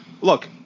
Look